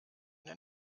den